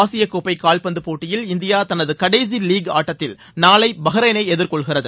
ஆசியக்கோப்பை காவ்பந்து போட்டியில் இந்தியா தனது கடைசி லீக் ஆட்டத்தில் நாளை பஹ்ரைனை எதிர்கொள்கிறது